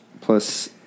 plus